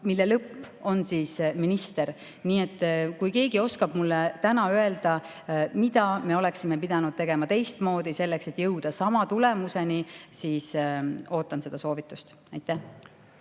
mille lõpp on minister. Nii et kui keegi oskab mulle täna öelda, mida me oleksime pidanud tegema teistmoodi selleks, et jõuda sama tulemuseni, siis ootan seda soovitust. Aitäh!